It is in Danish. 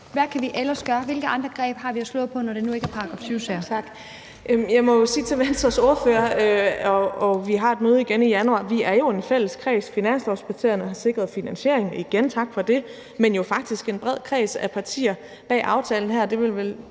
Hvad kan vi ellers gøre? Hvilke andre greb har vi at bruge, når det nu ikke er § 7-sager?